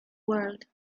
world